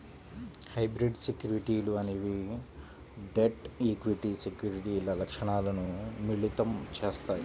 hybrid సెక్యూరిటీలు అనేవి debt, equity సెక్యూరిటీల లక్షణాలను మిళితం చేత్తాయి